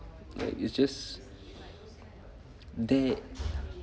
like you just there